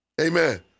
Amen